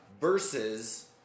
versus